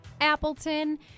Appleton